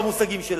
במושגים שלה,